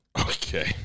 Okay